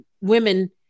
women